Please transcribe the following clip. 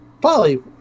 Polly